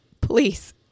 please